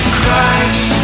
Christ